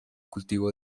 cultivo